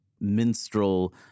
minstrel